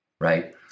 right